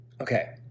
Okay